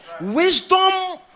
Wisdom